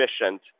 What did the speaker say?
efficient